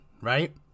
Right